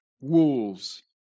wolves